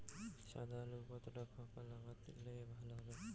সাদা আলু কতটা ফাকা লাগলে ভালো হবে?